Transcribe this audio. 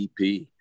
EP